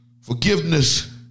Forgiveness